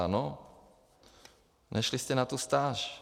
No, nešli jste na tu stáž.